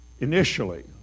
initially